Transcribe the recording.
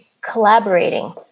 collaborating